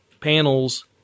panels